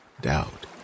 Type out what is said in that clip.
doubt